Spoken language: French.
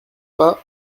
pas